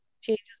changes